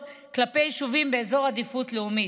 כלפי יישובים באזור עדיפות לאומית.